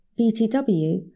BTW